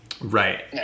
Right